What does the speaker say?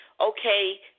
okay